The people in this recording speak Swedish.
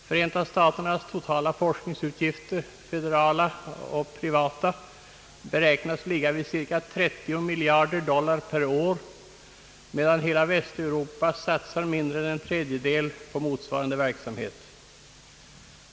Förenta staternas totala forskningsutgifter — federala och privata — beräknas ligga vid cirka 30 miljarder dollar per år, medan hela Västeuropa satsar mindre än en tredjedel därav på motsvarande verksamhet.